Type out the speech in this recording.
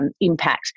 impact